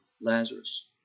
Lazarus